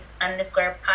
underscore